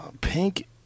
Pink